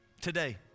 today